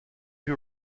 who